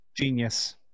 Genius